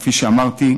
כפי שאמרתי,